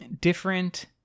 different